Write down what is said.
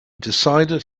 decided